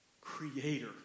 creator